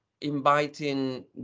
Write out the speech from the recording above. inviting